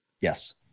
Yes